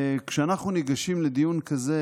כשאנחנו ניגשים לדיון כזה,